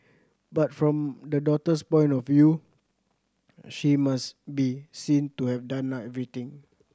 but from the daughter's point of view she must be seen to have done everything